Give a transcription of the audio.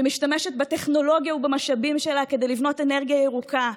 שמשתמשת בטכנולוגיה ובמשאבים שלה כדי לבנות אנרגיה ירוקה,